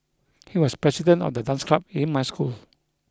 he was the president of the dance club in my school